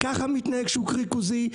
ככה מתנהג שוק ריכוזי?